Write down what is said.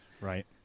Right